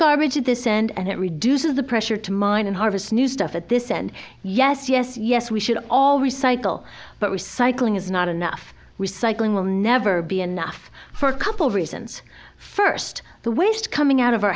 garbage to this end and it reduces the pressure to mine and harvest new stuff at this end yes yes yes we should all recycle but recycling is not enough recycling will never be enough for a couple reasons first the waste coming out of our